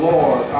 Lord